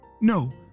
No